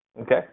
Okay